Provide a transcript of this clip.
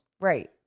Right